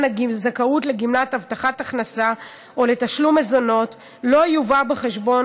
הזכאות לגמלת הבטחת הכנסה או לתשלום מזונות לא יובא בחשבון